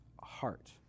heart